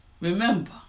Remember